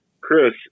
Chris